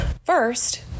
First